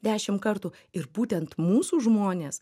dešimt kartų ir būtent mūsų žmonės